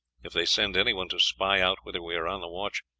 if they send anyone to spy out whether we are on the watch,